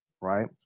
right